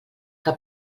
que